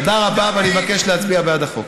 תודה רבה, ואני מבקש להצביע בעד החוק.